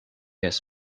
has